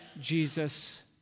Jesus